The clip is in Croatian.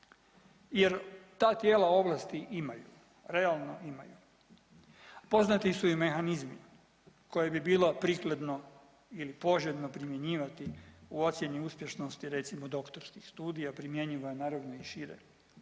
jer ta tijela ovlasti imaju, realno imaju. Poznati su i mehanizmi koje bi bilo prikladno ili poželjno primjenjivati u ocjeni uspješnosti recimo doktorskih studija, primjenjiva naravno i šire.